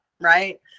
right